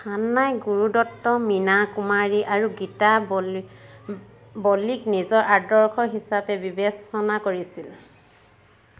খান্নাই গুৰু দত্ত মীনা কুমাৰী আৰু গীতা বলি বলিক নিজৰ আদৰ্শ হিচাপে বিবেচনা কৰিছিল